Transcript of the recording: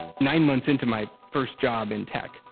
nine months into my first job in tech,